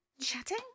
chatting